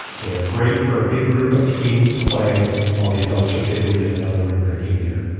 they're great for a big group of tweens to play while the adults are safely in another room drinking beer